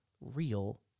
real